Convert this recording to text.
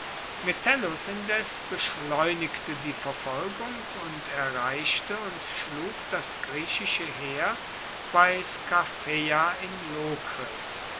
metellus indes beschleunigte die verfolgung und erreichte und schlug das griechische heer bei skarpheia in lokris